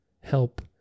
help